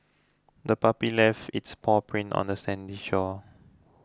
the puppy left its paw prints on the sandy shore